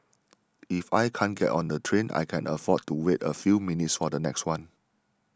if I can't get on the train I can afford to wait a few minutes for the next one